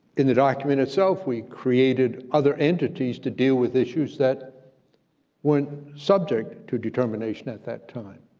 in the document itself, we created other entities to deal with issues that weren't subject to determination at that time,